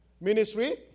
ministry